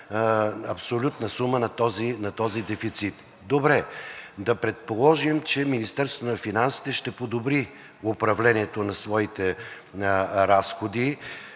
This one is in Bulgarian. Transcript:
абсолютна сума на този дефицит. Добре, да предположим, че Министерството на финансите ще подобри управлението на своите разходи